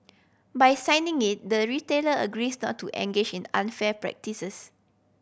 by signing it the retailer agrees not to engage in unfair practices